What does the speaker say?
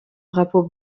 drapeau